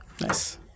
Nice